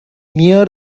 near